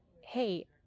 hey